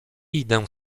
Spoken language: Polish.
idę